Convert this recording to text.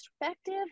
perspective